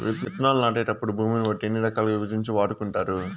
విత్తనాలు నాటేటప్పుడు భూమిని బట్టి ఎన్ని రకాలుగా విభజించి వాడుకుంటారు?